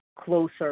closer